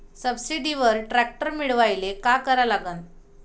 सबसिडीवर ट्रॅक्टर मिळवायले का करा लागन?